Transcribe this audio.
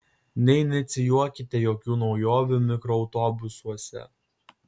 neinicijuokite jokių naujovių mikroautobusuose